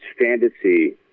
fantasy